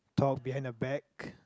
talk behind their back